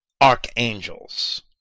archangels